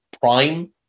prime